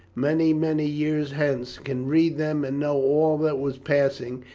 many many years hence, can read them and know all that was passing,